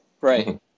Right